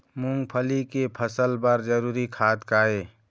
मूंगफली के फसल बर जरूरी खाद का ये?